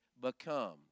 become